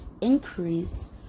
increase